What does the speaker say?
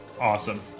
Awesome